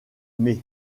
mai